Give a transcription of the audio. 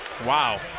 Wow